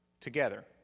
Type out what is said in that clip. together